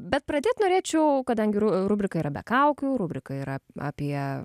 bet pradėt norėčiau kadangi rubrika yra be kaukių rubrika yra apie